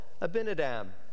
Abinadab